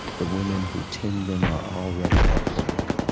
the women who tend them are already at work.